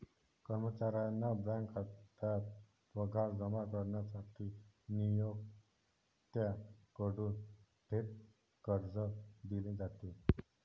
कर्मचाऱ्याच्या बँक खात्यात पगार जमा करण्यासाठी नियोक्त्याकडून थेट कर्ज दिले जाते